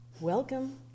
welcome